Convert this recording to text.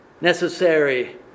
necessary